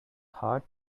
hard